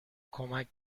کمک